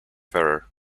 ferrer